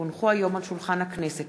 כי הונחו היום על שולחן הכנסת,